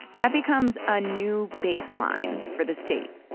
that becomes a new baseline for the state.